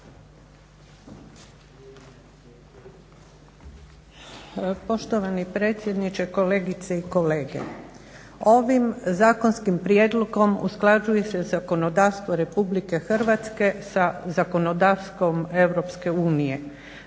Poštovani predsjedniče, kolegice i kolege. Ovim zakonskim prijedlogom usklađuje se zakonodavstvo Republike Hrvatske sa zakonodavstvom Europske unije.